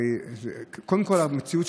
המציאות,